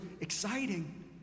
exciting